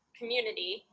community